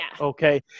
okay